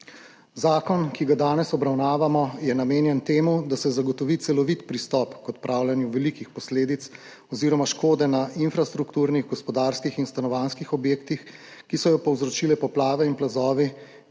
Zakon, ki ga danes obravnavamo, je namenjen temu, da se zagotovi celovit pristop k odpravljanju velikih posledic oziroma škode na infrastrukturnih, gospodarskih in stanovanjskih objektih, ki so jo povzročili poplave in plazovi